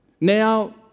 Now